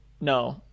No